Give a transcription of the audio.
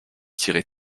tirer